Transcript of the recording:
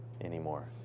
anymore